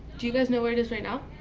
do you guys know where it is right now?